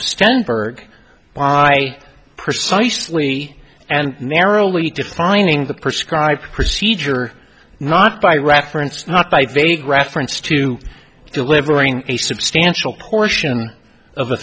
stenberg why precisely and marilee defining the prescribe procedure not by reference not by vague reference to delivering a substantial portion of the